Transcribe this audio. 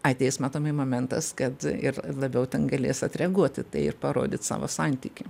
ateis matomai momentas kad ir labiau ten galės atreaguot į tai ir parodyt savo santykį